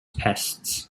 pests